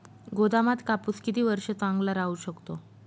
गोदामात कापूस किती वर्ष चांगला राहू शकतो?